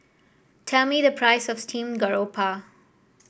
tell me the price of Steamed Garoupa